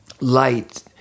light